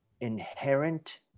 inherent